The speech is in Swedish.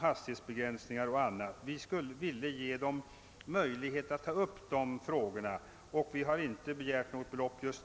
hastighetsbegränsningar och annat. Vi vill ge verket möjlighet att ta upp dessa frågor till behandling, och vi har inte begärt något belopp just nu.